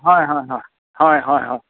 হয় হয় হয় হয় হয় হয়